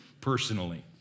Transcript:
personally